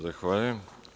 Zahvaljujem.